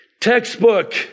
textbook